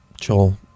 Joel